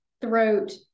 throat